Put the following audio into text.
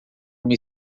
uma